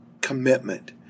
commitment